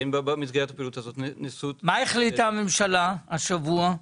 אתם יודעים מה החליטה הממשלה השבוע?